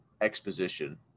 exposition